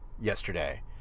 yesterday